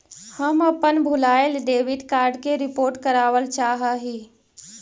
हम अपन भूलायल डेबिट कार्ड के रिपोर्ट करावल चाह ही